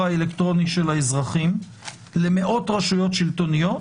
האלקטרוני של האזרחים למאות רשויות שלטוניות,